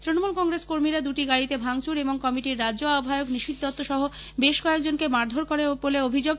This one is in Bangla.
তৃণমূল কংগ্রেস কর্মীরা দুটি গাড়িতে ভাঙচুর এবং কমিটির রাজ্য আহ্বায়ক নিশীথ দত্ত সহ বেশ কয়েকজনকে মারধর করে বলে অভিযোগ